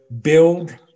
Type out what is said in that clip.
build